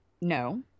no